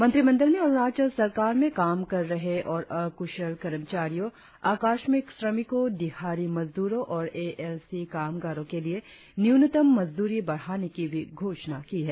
मंत्रिमंडल ने अरुणाचल सरकार में काम कर रहे और अकुशल कर्मचारियों आकस्मिक श्रमिकों दिहाड़ी मजदूरों और ए एल सी कामगारों के लिए न्यूनतम मजदूरी बढ़ाने की भी घोषणा की है